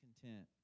content